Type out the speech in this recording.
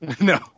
No